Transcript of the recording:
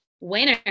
winner